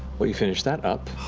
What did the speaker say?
while you finish that up,